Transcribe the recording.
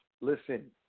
listen